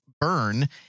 burn